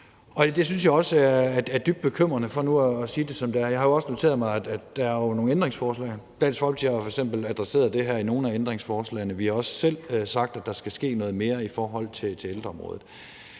og jeg synes også, det er dybt bekymrende, for nu at sige det, som det er. Jeg har jo også noteret mig, at der er nogle ændringsforslag. Dansk Folkeparti har jo f.eks. adresseret det her i nogle af ændringsforslagene, og vi har også selv sagt, at der skal ske noget mere i forhold til ældreområdet.